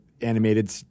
animated